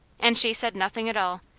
and she said nothing at all,